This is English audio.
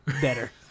better